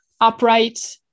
upright